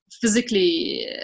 physically